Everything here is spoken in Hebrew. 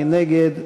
מי נגד?